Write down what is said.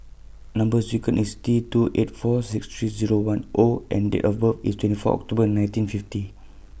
Number sequence IS T two eight four six three Zero one O and Date of birth IS twenty four October nineteen fifty